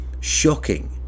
shocking